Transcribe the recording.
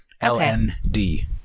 L-N-D